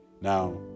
Now